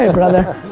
ah brother.